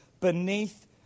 beneath